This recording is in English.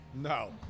No